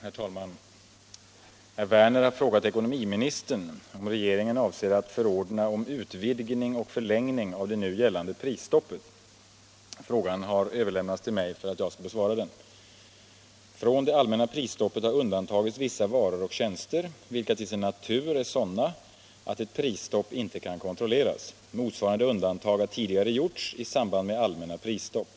Herr talman! Herr Werner har frågat ekonomiministern om regeringen avser att förordna om utvidgning och förlängning av det nu gällande prisstoppet. Frågan har överlämnats till mig för att jag skall besvara den. Från det allmänna prisstoppet har undantagits vissa varor och tjänster, vilka till sin natur är sådana att ett prisstopp inte kan kontrolleras. Motsvarande undantag har tidigare gjorts i samband med allmänna prisstopp.